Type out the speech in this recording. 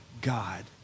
God